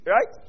Right